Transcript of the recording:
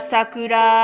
Sakura